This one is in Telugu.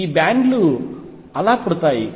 ఈ బ్యాండ్ లు అలా పుడతాయి